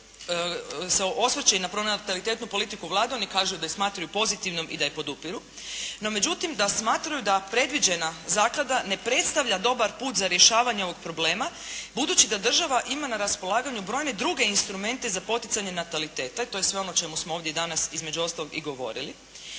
se osvrće i na pronatalitetnu politiku Vlade, oni kažu da je smatraju pozitivnom i da je podupiru. No međutim, da smatraju da predviđa zaklada ne predstavlja dobar puta za rješavanje ovog problema budući da država ima na raspolaganju brojne druge instrumente za poticanje nataliteta, i to je sve ono o čemu smo ovdje danas, između ostalog, i govorili,